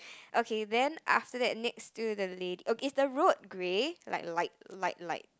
okay then after that next to the lady oh is the road grey like light light light